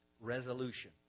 resolution